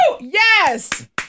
Yes